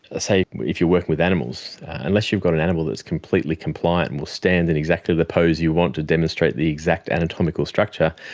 ah so if you are working with animals, unless you've got an animal that is completely compliant and will stand in exactly the pose you want to demonstrate the exact anatomical structure,